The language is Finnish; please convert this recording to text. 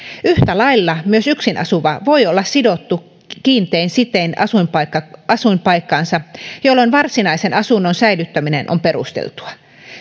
yhtä lailla myös yksin asuva voi olla sidottu kiintein sitein asuinpaikkaansa asuinpaikkaansa jolloin varsinaisen asunnon säilyttäminen on perusteltua